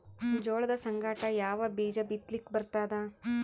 ಜೋಳದ ಸಂಗಾಟ ಯಾವ ಬೀಜಾ ಬಿತಲಿಕ್ಕ ಬರ್ತಾದ?